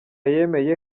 yemeye